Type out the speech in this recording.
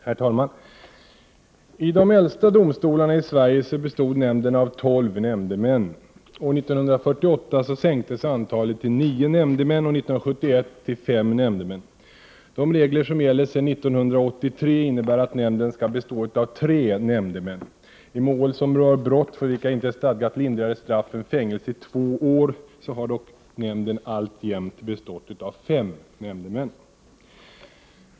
Herr talman! I de äldsta domstolarna i Sverige bestod nämnden av tolv nämndemän. År 1948 sänktes antalet till nio nämndemän och 1971 till fem nämndemän. De regler som gäller sedan 1983 innebär att nämnden skall bestå av tre nämndemän. I mål som rör brott, för vilka inte är stadgat lindrigare straff än fängelse i två år, har dock nämnden alltjämt bestått av fem nämndemän.